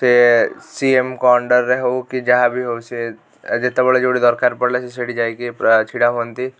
ସେ ସିଏମ୍ଙ୍କ ଅଣ୍ଡରରେ ହଉ କି ଯାହାବି ହଉ ସିଏ ଯେତେବେଳେ ଯେଉଁଠି ଦରକାର ପଡ଼ିଲା ସେ ସେଇଠି ଯାଇକି ପୁରା ଛିଡ଼ା ହୁଅନ୍ତି